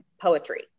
poetry